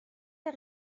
der